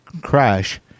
crash